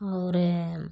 और